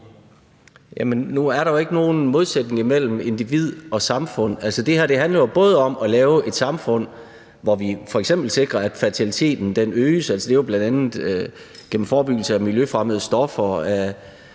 Nu er der jo ikke nogen modsætning imellem individ og samfund. Det her handler jo om at lave et samfund, hvor vi f.eks. sikrer, at fertiliteten øges – det er jo bl.a. gennem forebyggelse af miljøfremmede stoffer